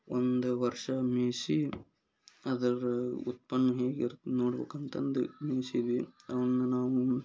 ಒಂದು ವರ್ಷ ಮೇಯ್ಸಿ ಅದರ ಉತ್ಪನ್ನ ಹೇಗಿರುತ್ತೆ ನೋಡಬೇಕಂತಂದು ಮೇಸಿದ್ವಿ ಅವನ್ನ ನಾವು